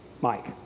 Mike